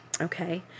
Okay